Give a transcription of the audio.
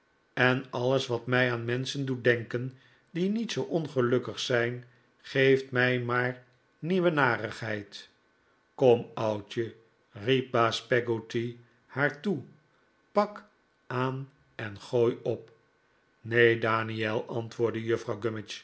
en alles wat mij aan menschen doet denken die niet zoo ongelukkig zijn geeft mij maar nieuwe narigheid kom oudje riep baas peggotty haar toe pak aan en gooi op neen daniel antwoordde juffrouw